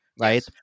right